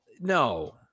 no